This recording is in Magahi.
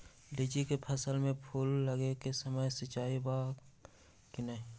लीची के फसल में फूल लगे के समय सिंचाई बा कि नही?